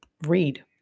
read